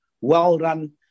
well-run